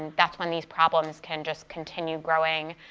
that's when these problems can just continue growing,